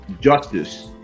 justice